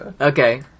Okay